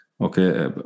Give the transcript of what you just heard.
Okay